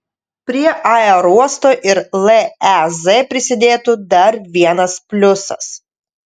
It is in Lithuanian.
prie aerouosto ir lez prisidėtų dar vienas pliusas